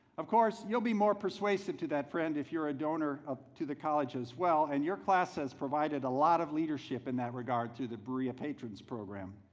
of course, you'll be more persuasive to that friend if you're a donor to the college as well. and your class has provided a lot of leadership in that regard to the berea patrons program.